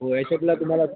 वैशपला तुम्हाला